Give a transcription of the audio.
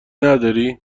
نداری